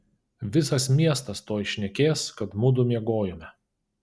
visas miestas tuoj šnekės kad mudu miegojome